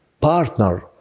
partner